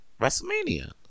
Wrestlemania